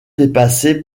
dépassée